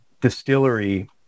distillery